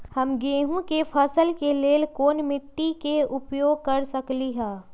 हम गेंहू के फसल के लेल कोन मिट्टी के उपयोग कर सकली ह?